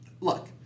look